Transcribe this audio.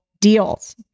deals